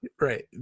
Right